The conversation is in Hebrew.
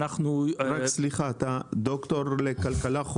סליחה, אתה דוקטור חופשי לכלכלה?